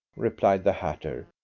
replied the hatter,